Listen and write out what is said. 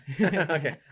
Okay